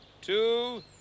two